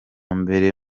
mbere